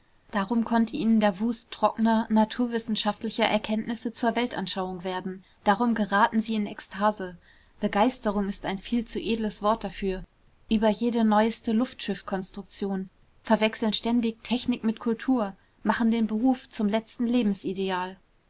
darum konnte ihnen der wust trockner naturwissenschaftlicher erkenntnisse zur weltanschauung werden darum geraten sie in ekstase begeisterung ist ein viel zu edles wort dafür über jede neueste luftschiffkonstruktion verwechseln ständig technik mit kultur machen den beruf zum letzten